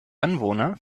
anwohner